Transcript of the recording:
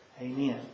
Amen